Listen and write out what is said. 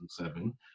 2007